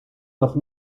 noch